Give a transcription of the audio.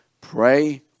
Pray